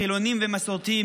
חילונים ומסורתיים,